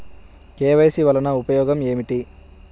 KYC వలన ఉపయోగం ఏమిటీ?